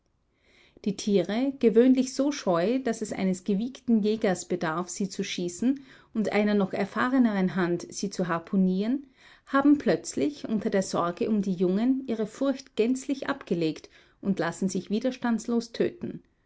die tiere gewöhnlich so scheu daß es eines gewiegten jägers bedarf um sie zu schießen und einer noch erfahreneren hand sie zu harpunieren haben plötzlich unter der sorge um die jungen ihre furcht gänzlich abgelegt und lassen sich widerstandslos